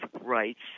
rights